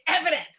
evidence